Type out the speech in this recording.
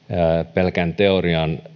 pelkän teorian